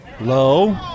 Low